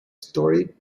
story